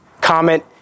comment